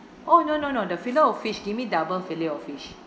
oh no no no the fillet O fish give me double fillet O fish